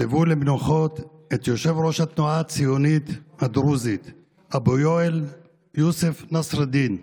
הביאו למנוחות את יו"ר התנועה הציונית הדרוזית אבו יואל יוסף נסראלדין,